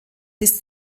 bis